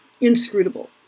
inscrutable